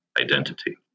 identity